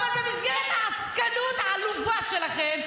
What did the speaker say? אבל במסגרת העסקנות העלובה שלכם,